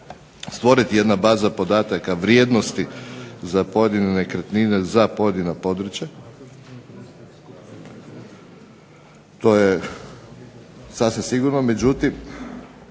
stvoriti jedna baza podataka vrijednosti za pojedine nekretnine, za pojedina područja. To je sasvim sigurno. Međutim,